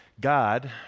God